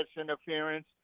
interference